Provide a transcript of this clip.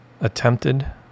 attempted